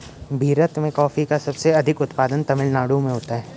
भीरत में कॉफी का सबसे अधिक उत्पादन तमिल नाडु में होता है